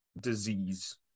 disease